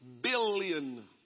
billion